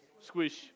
Squish